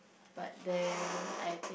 but then I